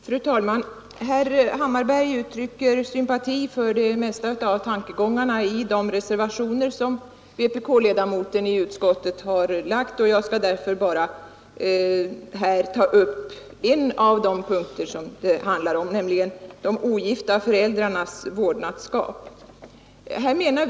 Fru talman! Herr Hammarberg uttrycker sympati för det mesta av tankegångarna i de reservationer som vpk-ledamoten i utskottet har avgivit. Jag skall därför bara ta upp en av de punkter det handlar om, nämligen de ogifta föräldrarnas rätt att gemensamt utöva vårdnaden om barn.